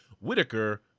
Whitaker